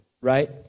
right